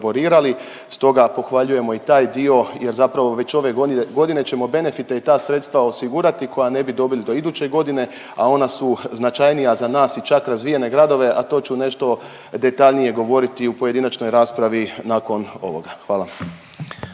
stoga pohvaljujemo i taj dio jer zapravo već ove godine ćemo benefite i ta sredstva osigurati koja ne bi dobili do iduće godine, a ona su značajnija za nas i čak razvijene gradove, a to ću nešto detaljnije govoriti u pojedinačnoj raspravi nakon ovoga. Hvala.